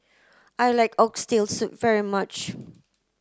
I like oxtail soup very much